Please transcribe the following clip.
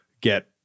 get